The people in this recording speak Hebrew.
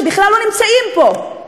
שבכלל לא נמצאים פה?